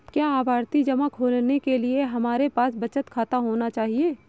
क्या आवर्ती जमा खोलने के लिए हमारे पास बचत खाता होना चाहिए?